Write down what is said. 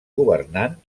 governant